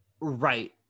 Right